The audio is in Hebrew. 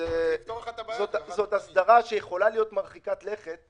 זאת הסדרה שיכולה להיות מרחיקת לכת,